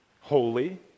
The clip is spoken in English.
holy